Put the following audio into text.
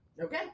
Okay